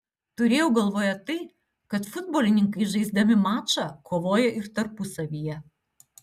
turėjau galvoje tai kad futbolininkai žaisdami mačą kovoja ir tarpusavyje